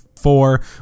four